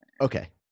okay